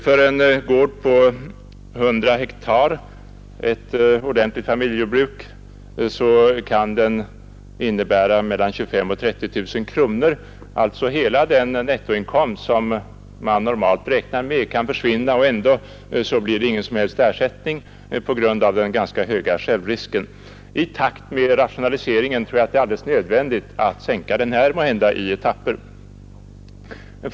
För en gård på 100 hektar, alltså ett ordentligt familjejordbruk, kan den innebära mellan 25 000 och 30 000 kronor. Hela den nettoinkomst som man normalt räknar med på ett sådant jordbruk kan alltså försvinna, och man får ingen som helst ersättning på grund av den ganska höga självrisken. Det är, tror jag, alldeles nödvändigt att sänka den — måhända i etapper — i takt med rationaliseringen.